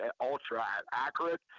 ultra-accurate